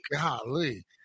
golly